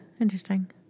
Interesting